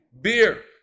beer